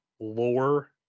lore